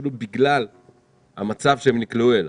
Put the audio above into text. נכשלו בגלל המצב שאליו הם נקלעו.